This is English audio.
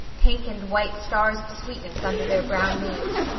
pink and white stars of sweetness under their brown leaves.